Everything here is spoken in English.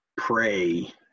pray